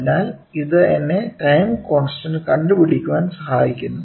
അതിനാൽ ഇത് എന്നെ ടൈം കോൺസ്റ്റന്റ് കണ്ടു പിടിക്കാൻ സഹായിക്കുന്നു